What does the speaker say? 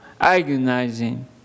agonizing